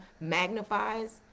magnifies